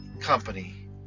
company